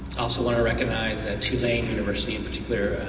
also want to recognize and tulane university in particular,